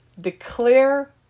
Declare